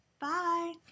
Bye